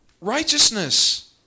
Righteousness